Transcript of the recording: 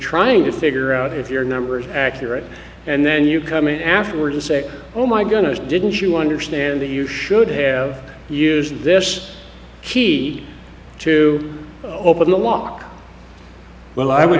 trying to figure out if your numbers are accurate and then you come in afterward and say oh my goodness didn't you understand that you should have used this key to open the lock well i w